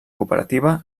cooperativa